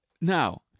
Now